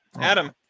Adam